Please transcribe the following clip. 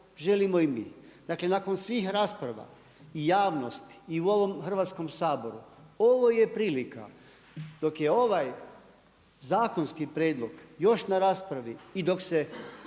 želimo i mi. Dakle nakon svih rasprava i javnosti i u ovom Hrvatskom saboru ovo je prilika dok je ovaj zakonski prijedlog još na raspravi i dok se